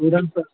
చూడండి సార్